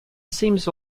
seems